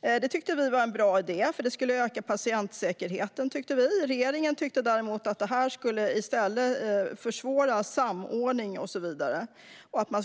Det tyckte vi var en bra idé. Det skulle öka patientsäkerheten. Regeringen tyckte däremot att det skulle försvåra för samordning och så vidare, att man